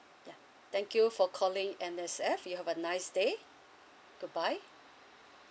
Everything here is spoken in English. yeah thank you for calling M_S_F you have a nice day good bye